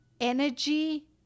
energy